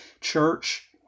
Church